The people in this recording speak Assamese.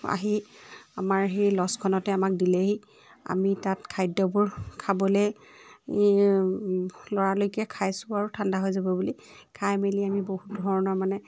আহি আমাৰ সেই ল'জখনতে আমাক দিলেহি আমি তাত খাদ্যবোৰ খাবলৈ এই ল'ৰালৰিকৈ খাইছোঁ আৰু ঠাণ্ডা হৈ যাব বুলি খাই মেলি আমি বহত ধৰণৰ মানে